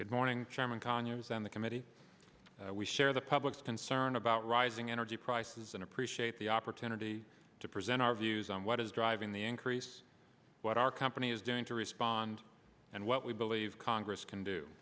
good morning chairman conyers on the committee we share the public's concern about rising energy prices and appreciate the opportunity to present our views on what is driving the increase what our company is doing to respond and what we believe congress can do